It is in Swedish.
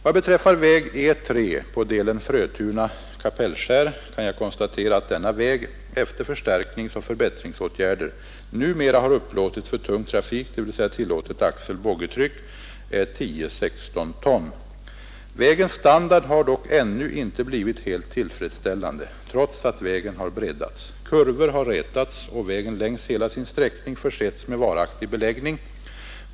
Vad beträffar väg E 3 på delen Frötuna—Kapellskär, kan jag konstatera att denna väg efter förstärkningsoch förbättringsåtgärder numera har upplåtits för tung trafik, dvs. tillåtet axel 16 ton. Vägens standard har dock ännu inte blivit helt tillfredsställande trots att vägen har breddats, kurvor har rätats och vägen längs hela sin sträckning försetts med varaktig beläggning.